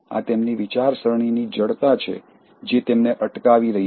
આ તેમની વિચારસરણીની જડતા છે જે તેમને અટકાવી રહી છે